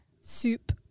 soup